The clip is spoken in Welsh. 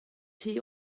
rhy